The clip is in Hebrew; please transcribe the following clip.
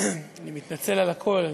אני מתנצל על הקול.